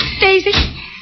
Daisy